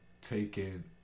taken